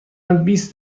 بیست